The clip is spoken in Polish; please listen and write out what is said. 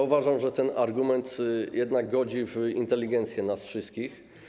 Uważam, że ten argument godzi w inteligencję nas wszystkich.